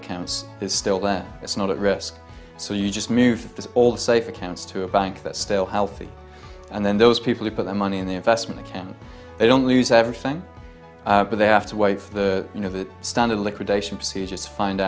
accounts it's still there it's not at risk so you just move all the safe accounts to a bank that still healthy and then those people who put their money in the investment account they don't lose everything but they have to wait for the you know the standard liquidation procedures find